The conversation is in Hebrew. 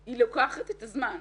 היא לוקחת את הזמן.